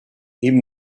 even